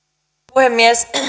puhemies